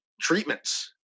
treatments